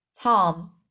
Tom